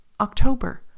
October